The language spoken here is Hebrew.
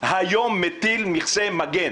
היום מטיל מכסי מגן